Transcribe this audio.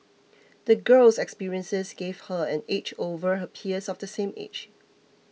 the girl's experiences gave her an edge over her peers of the same age